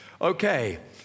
Okay